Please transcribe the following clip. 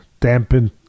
dampened